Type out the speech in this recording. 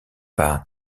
par